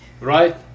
Right